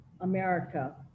America